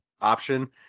option